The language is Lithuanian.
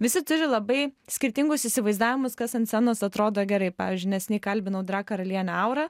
visi turi labai skirtingus įsivaizdavimus kas ant scenos atrodo gerai pavyzdžiui neseniai kalbinau drag karalienę aurą